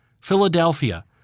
Philadelphia